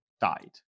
died